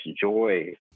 joy